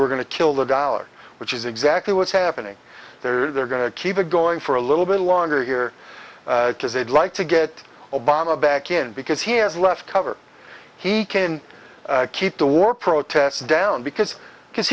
were going to kill the dollar which is exactly what's happening there or they're going to keep it going for a little bit longer here because they'd like to get obama back in because he has less cover he can keep the war protests down because because